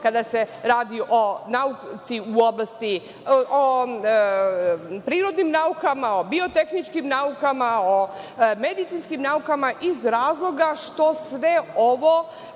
kada se radi o nauci u oblasti, prirodnim naukama, biotehničkim naukama, medicinskim naukama iz razloga što sve ovo